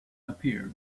appear